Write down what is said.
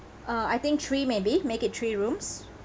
uh I think three maybe make it three rooms